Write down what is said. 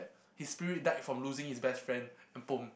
his spirit died from losing his best friend then